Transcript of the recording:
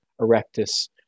erectus